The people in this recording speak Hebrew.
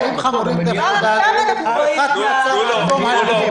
כבר עכשיו אנחנו רואים את הזליגה.